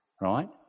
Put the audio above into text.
right